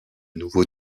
nouveaux